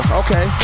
okay